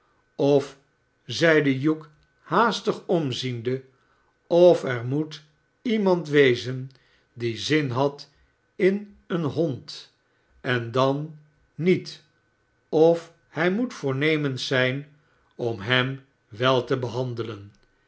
of zeide hugh haastig omziende of er moest iemand wezen die zin had in een hond en dan niet of hij moet voornemens zijn om hem wel te behandelen